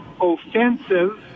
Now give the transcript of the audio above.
offensive